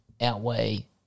outweigh